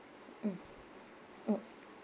mmhmm mmhmm